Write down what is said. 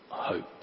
hope